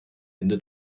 ende